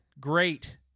great